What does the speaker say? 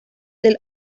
del